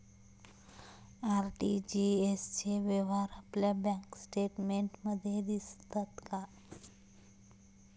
RTGS चे व्यवहार आपल्या बँक स्टेटमेंटमध्ये दिसतात का?